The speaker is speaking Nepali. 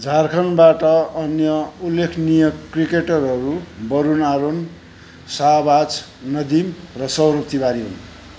झारखण्डबाट अन्य उल्लेखनीय क्रिकेटरहरू बरुण आरूण शाहबाज नदिम र सौरभ तिवारी